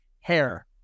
hair